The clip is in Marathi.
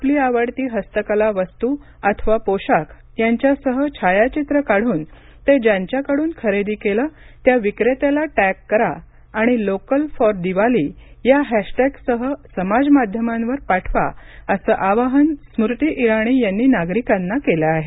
आपली आवडती हस्तकला वस्तू अथवा पोशाख यांच्यासह छायाचित्र काढून ते ज्यांच्याकडून खरेदी केले त्या विक्रेत्याला टॅग करा आणि लोकल फॉर दिवाळी या हॅशटॅगसह समाजमाध्यमावर पाठवा असं आवाहन स्मृती इराणी यांनी नागरिकांना केलं आहे